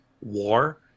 war